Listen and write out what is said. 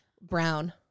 brown